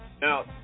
Now